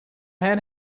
had